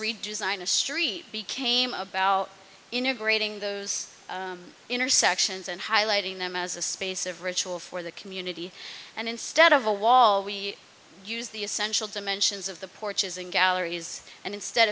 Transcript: line a street became about integrating those intersections and highlighting them as a space of ritual for the community and instead of a wall we use the essential dimensions of the porches and galleries and instead